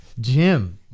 Jim